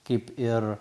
kaip ir